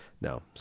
no